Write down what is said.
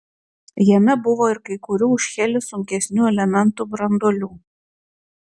jame buvo ir kai kurių už helį sunkesnių elementų branduolių